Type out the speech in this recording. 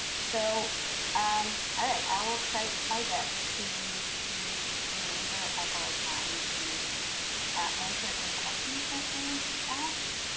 so um alright i will try my best to use the remainder of our time to answer any questions that were asked.